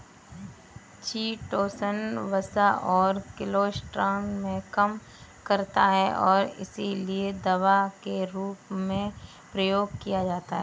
chitosan वसा और cholesterol को कम करता है और इसीलिए दवा के रूप में प्रयोग किया जाता है